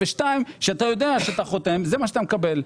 ב', אתה יודע שכשאתה חותם זה מה שאתה מקבל.